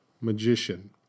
magician